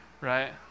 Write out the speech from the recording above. right